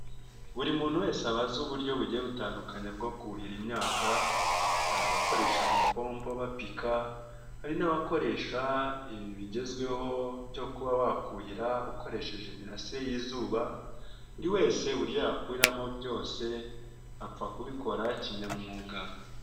Buri muntu wese aba azi uburyo bugiye butandukanye bwo kuhira imyaka hari abakoresha amapompo bapika hari n'abakoresha ibi bigezweho byo kuba wakuhira ukoresheje imirasire y'izuba buri wese uburyo yakuhiramo byose apfa kubikora kinyamwuga.